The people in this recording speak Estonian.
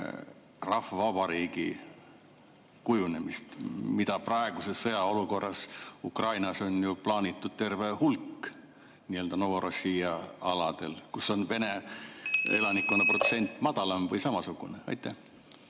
rahvavabariigi kujunemist, mida praeguses sõjaolukorras Ukrainas on ju plaanitud terve hulk nii-öelda Novorossija aladel, kus vene elanikkonna protsent on madalam või samasugune? Hea